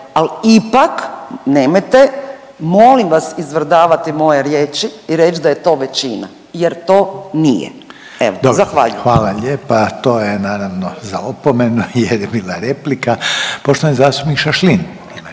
ali ipak nemojte molim vas izvrdavati moje riječi i reći da je to većina jer to nije. Evo zahvaljujem. **Reiner, Željko (HDZ)** Dobro, hvala lijepa. To je naravno za opomenu, jer je bila replika. Poštovani zastupnik Šašlin.